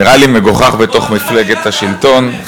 נראה לי מגוחך בתוך מפלגת השלטון, אל תיתמם.